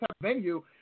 venue